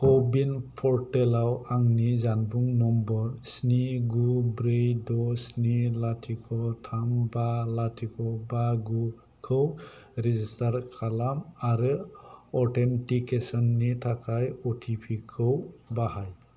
क' विन पर्टेलाव आंनि जानबुं नम्बर स्नि गु ब्रै द' स्नि लाथिख' थाम बा लाथिख बा गु खौ रेजिस्टार खालाम आरो अथेन्टिकेसननि थाखाय अ टि पि खौ बाहाय